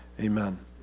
Amen